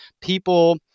people